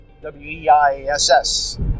W-E-I-S-S